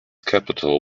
capital